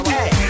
Hey